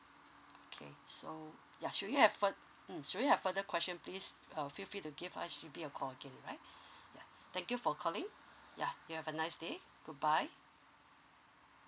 okay so ya should we have fur mm should we have further question please uh feel free to give us to be a call again alright ya thank you for calling ya you have a nice day goodbye